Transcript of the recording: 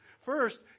First